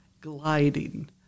gliding